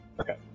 Okay